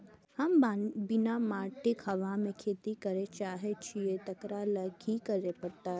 हम बिना माटिक हवा मे खेती करय चाहै छियै, तकरा लए की करय पड़तै?